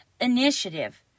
initiative